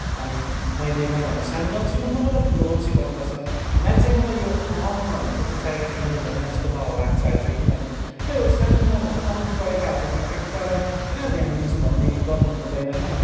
अनि मैले मभन्दा सानोलाई पनि सिकाउनु पर्छ र ठुलोलाई पनि सिकाउनु पर्छ मान्छेकोमा यो अहम् भन्ने कुरो चाहिँ सायद हुनुहुँदैन मलाई लाग्छ अहिले चाहिँ किनभने यो सानो मभन्दा कम्ती पढेका कुरालाई म कहाँ ध्यान दिन्छु भन्ने गर्नु हुँदैन होइन